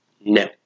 No